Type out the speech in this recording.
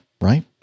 right